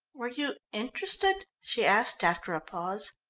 were you interested? she asked after a pause.